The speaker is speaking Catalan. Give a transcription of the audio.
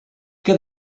que